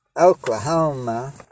Oklahoma